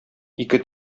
ике